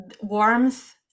warmth